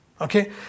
Okay